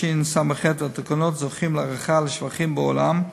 התשס"ח 2008, והתקנות זוכים להערכה ולשבחים בעולם,